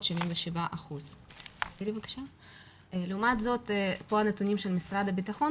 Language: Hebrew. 75%. לעומת זאת פה הנתונים של משרד הביטחון,